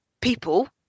people